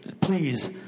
please